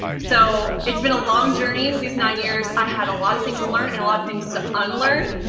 so, it's been a long journey, these nine years, i had a lot of things to learn, and a lot of things to unlearn.